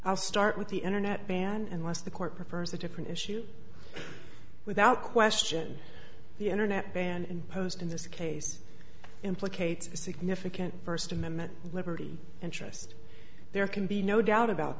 i'll start with the internet ban and less the court prefers a different issue without question the internet ban imposed in this case implicates significant first amendment liberty interest there can be no doubt about